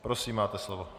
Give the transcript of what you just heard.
Prosím, máte slovo.